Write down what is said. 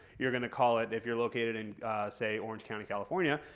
you're going to call it if you're located in say orange county california,